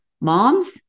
moms